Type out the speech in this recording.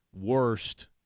worst